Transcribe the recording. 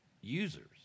users